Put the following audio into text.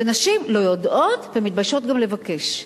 ונשים לא יודעות, וגם מתביישות לבקש.